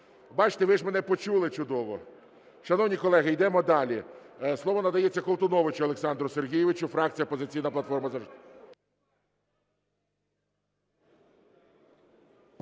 Бачите, ви ж мене почули чудово. Шановні колеги, йдемо далі. Слово надається Колтуновичу Олександру Сергійовичу, фракція "Опозиційна платформа